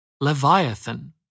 Leviathan